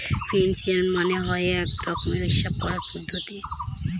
finance মানে হয় এক রকমের হিসাব করার পদ্ধতি